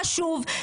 חשוב,